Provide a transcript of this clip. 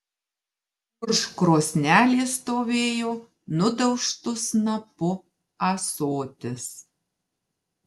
už krosnelės stovėjo nudaužtu snapu ąsotis